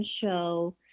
show